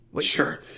Sure